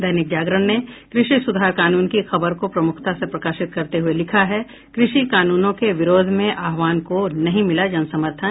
दैनिक जागरण ने कृषि सुधार कानून की खबर को प्रमुखतासे प्रकाशित करते हुये लिखा है कृषि कानूनों के विरोध के आह्वान को नहीं मिला जन समर्थन